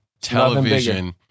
television